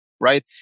right